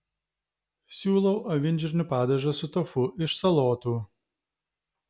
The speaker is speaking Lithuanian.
siūlau avinžirnių padažą su tofu iš salotų